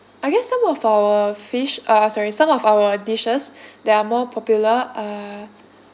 I guess some of our fish uh sorry some of our dishes that are more popular are